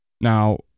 now